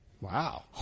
Wow